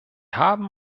haben